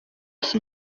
iki